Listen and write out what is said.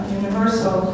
universal